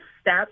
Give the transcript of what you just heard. step